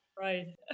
Right